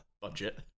budget